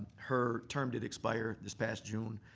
her term did expire this past june.